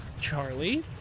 Charlie